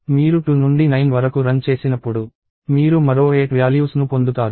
మీరు 2 నుండి 9 వరకు రన్ చేసినప్పుడు మీరు మరో 8 వ్యాల్యూస్ ను పొందుతారు